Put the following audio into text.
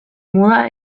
muda